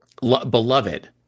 beloved